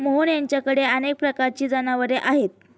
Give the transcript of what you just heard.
मोहन यांच्याकडे अनेक प्रकारची जनावरे आहेत